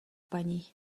paní